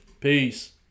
Peace